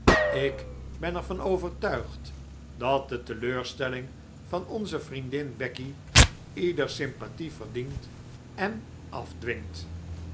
ik ben er van overtuigd dat de teleurstelling van onze vriendin becky ieders sympathie verdient en afdwingt